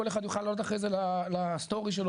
כל אחד יוכל להעלות אחרי זה לסטורי שלו